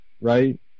right